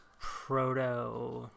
proto